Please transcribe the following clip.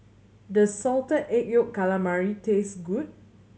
does Salted Egg Yolk Calamari taste good